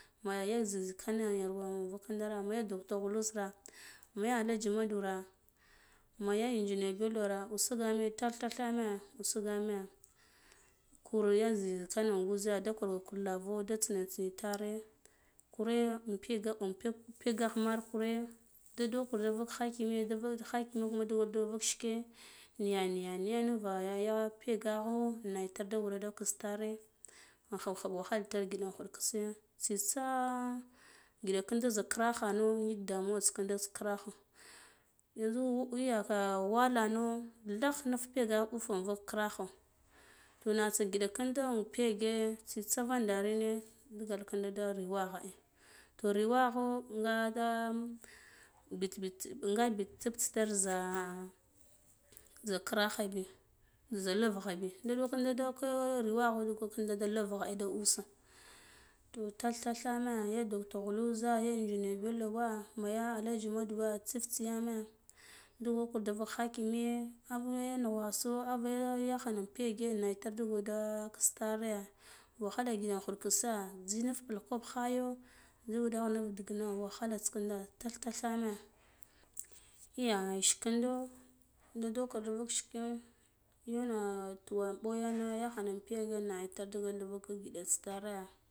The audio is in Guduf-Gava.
Ma ya zik zikan la yarwura kinda ra ma ya doctor ghuzhe ra ma ya allaji modura ma ya engineer bello na usugane tath tatha ma usugam. e kuya zik gikan in gwuza da kurku kur lavo da tsin taitare kure in pega. Peg pegghah mere kure da do kur da vuk hakimi ye ɗabu khakire kuma da ruk shike niya niya niya ava ya pegakho niyta ta wura kisk tare in khub khub wahala tare in gida kare tsitsa gi4ata kinda za kiraghano ngik damuwata kinda tsita kira gho yanzu ya walano dath nuf pega ɓufa vuk krikho toh natsa giɗa kinda in pege tsitsa vennderene digal kinda da riwagha ai to riwagho nga nda bit bit bits tsib tsitar za za kira kha biya lugra biya nɗuwa kinda da da ringha de da lugra ai da usah toh tath tathe me ya doctor ghuzhe ya engineer bello wa ma ya allaji modu we tsif tsi yane dugo kar vuk khakimi ye av yan nnugwaso ava ya yakhana in pege na itar da kis tere wahala giɗa in ghuɗ kise zinar kwab pul khayo ziya wuɗa wur digino waklalats vinda tath tathame ya shikindo da doka de vuk shike yana tuwa in voyen ai yakhar in beje na itar digal vik gidata tare.